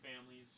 families